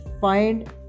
find